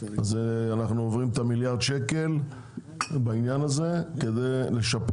אז אנחנו עוברים את המיליארד שקל בעניין הזה כדי לשפר